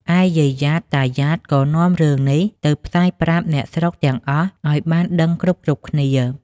ឯយាយយ៉ាត តាយ៉ាត ក៏នាំរឿងនេះទៅផ្សាយប្រាប់ពួកអ្នកស្រុកទាំងអស់ឱ្យបានដឹងគ្រប់ៗគ្នា។